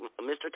Mr